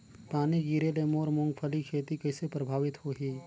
पानी गिरे ले मोर मुंगफली खेती कइसे प्रभावित होही?